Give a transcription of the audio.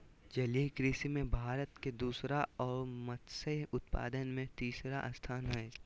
जलीय कृषि में भारत के दूसरा और मत्स्य उत्पादन में तीसरा स्थान हइ